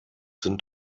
sind